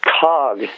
cog